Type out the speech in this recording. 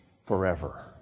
forever